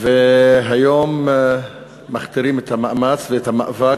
והיום מכתירים את המאמץ ואת המאבק,